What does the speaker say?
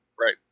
Right